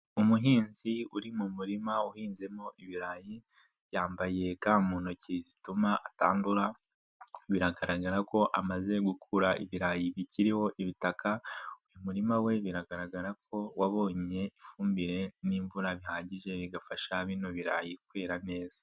Umuhinzi uri mu murima uhinzemo ibirayi, yambaye ga mu ntoki zituma atandura, biragaragara ko amaze gukura ibirayi bikiriho ibitaka, uyu murima we biragaragara ko wabonye ifumbire n'imvura bihagije bigafasha bino birayi kwera neza.